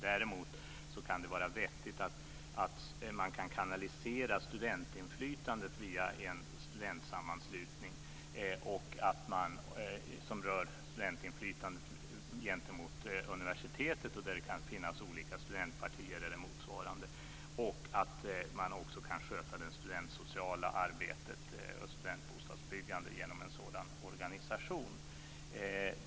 Däremot kan det vara vettigt att kanalisera studentinflytandet gentemot universitetet via en studentsammanslutning där det kan finnas olika studentpartier eller motsvarande och att man också kan sköta det studentsociala arbetet och studentbostadsbyggandet genom en sådan organisation.